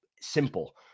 simple